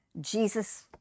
Jesus